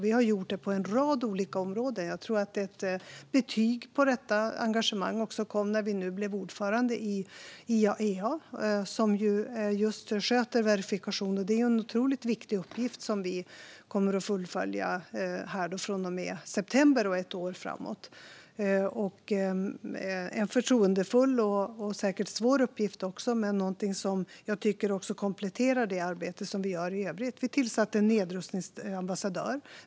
Vi har gjort det på en rad olika områden. Jag tror att ett betyg på detta engagemang kom när vi nu blev ordförande i IAEA, som ju sköter just verifikation. Detta är en otroligt viktig uppgift som vi kommer att fullfölja från och med september och ett år framåt. Det är en uppgift som vittnar om förtroende och säkert också en svår uppgift, som jag tycker kompletterar det arbete vi gör i övrigt. Vi tillsatte en nedrustningsambassadör.